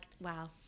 wow